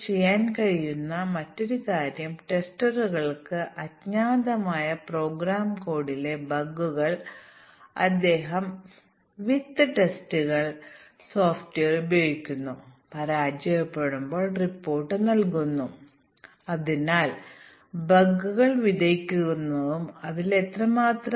ചുവടെയുള്ള ഇന്റേഗ്രേഷൻ ടെസ്റ്റിങ്ൽ ഈ മൊഡ്യൂൾ സ്ട്രക്ചർ എല്ലാ മൊഡ്യൂളുകളുടെയും ഒരു കോൾ സ്ട്രക്ചർ ആണ് അത് ബോട്ടം ലെവൽ നിന്ന് ആരംഭിക്കും ഞങ്ങൾക്ക് നന്നായി രൂപകൽപ്പന ചെയ്ത പ്രോഗ്രാം ഉണ്ടെങ്കിൽ താഴെയുള്ള ലെവലുകൾ നന്നായി നിർവചിക്കുകയും തുടർന്ന് അത് ഞങ്ങൾ എടുക്കുകയും ചെയ്യുന്നു